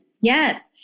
Yes